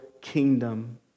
kingdom